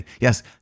Yes